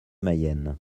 mayenne